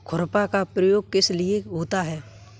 खुरपा का प्रयोग किस लिए होता है?